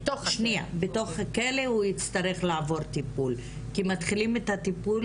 כי מתחילים את הטיפול